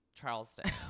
Charleston